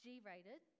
G-rated